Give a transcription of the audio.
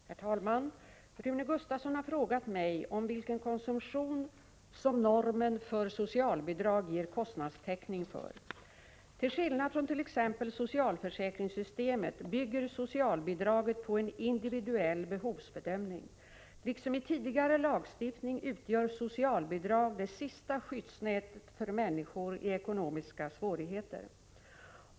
Herr talman! Rune Gustavsson har frågat mig vilken konsumtion som normen för socialbidrag ger kostnadstäckning för. Till skillnad från t.ex. socialförsäkringssystemet bygger socialbidraget på en individuell behovsbedömning. Liksom i tidigare lagstiftning utgör socialbidrag det sista skyddsnätet för människor i ekonomiska svårigheter.